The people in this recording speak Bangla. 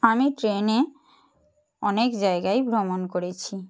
আমি ট্রেনে অনেক জায়গায় ভ্রমণ করেছি